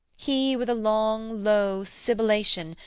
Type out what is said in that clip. he with a long low sibilation,